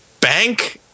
bank